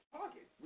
Target